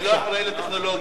אני לא אחראי לטכנולוגיה.